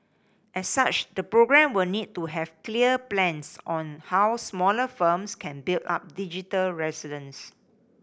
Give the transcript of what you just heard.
as such the programme will need to have clear plans on how smaller firms can build up digital resilience